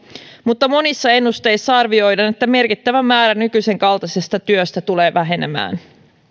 mutta monissa ennusteissa arvioidaan että merkittävä määrä nykyisen kaltaisesta työstä tulee vähenemään